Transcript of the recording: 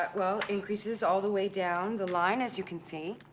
but well, increases all the way down the line, as you can see.